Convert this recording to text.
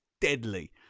deadly